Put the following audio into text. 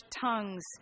tongues